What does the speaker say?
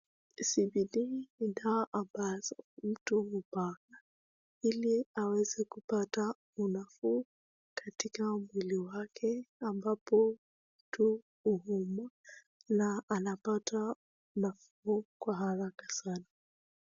CBD ni dawa ambazo mtu hupaka ili aweze kupata unafuu katika mwili wake ambapo mtu huumwa na anapata nafuu kwa haraka sana.